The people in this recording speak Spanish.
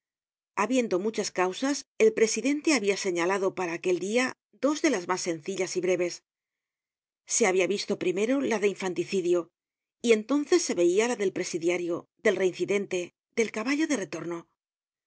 habiendo muchas causas el presidente habia señalado para aquel dia dos de las mas sencillas y breves se habia visto primero la de infanticidio y entonces se vcia la del presidiario del reincidente del caballo de retorno